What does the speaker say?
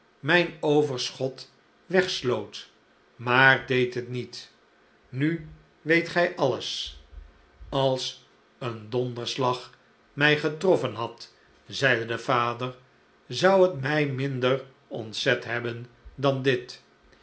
mijn overschot wegsloot maar deed het niet nu weet gij alles als een donderslag mij getroffen had zeide de vader zou het mij minder ontzet hebben dan dit